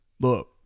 Look